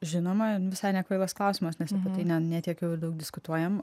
žinoma visai nekvailas klausimas nes apie ne tiek jau ir daug diskutuojam